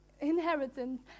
inheritance